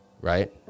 right